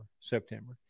September